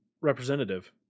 representative